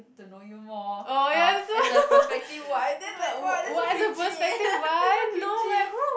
to know you more uh as a prospective wife that's like !wow! that's so cringy that's so cringy